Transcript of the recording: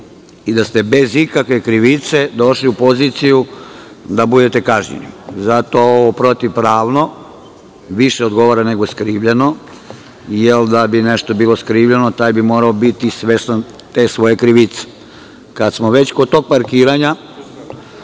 i da ste bez ikakve krivice došli u poziciju da budete kažnjeni. Zato ovo "protivpravno" više odgovara nego "skrivljeno", jer da bi nešto bilo skrivljeno, taj bi morao biti svestan te svoje krivice. Kad smo već kod tog parkiranja,